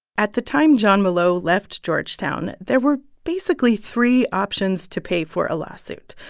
at the time jon molot left georgetown, there were basically three options to pay for a lawsuit.